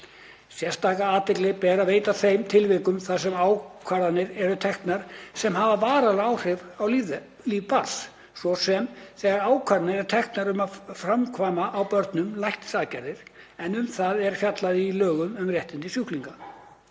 Sérstaka athygli ber að veita þeim tilvikum þar sem ákvarðanir eru teknar sem hafa varanleg áhrif á líf barns, svo sem þegar ákvarðanir eru teknar um að framkvæma á börnum læknisaðgerðir en um það er fjallað í lögum um réttindi sjúklinga.